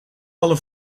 alle